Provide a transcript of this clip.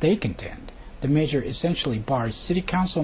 they contend the measure is sensually bars city council